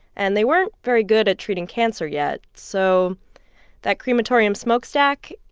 and they weren't very good at treating cancer yet, so that crematorium smokestack,